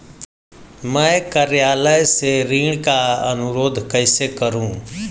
मैं कार्यालय से ऋण का अनुरोध कैसे करूँ?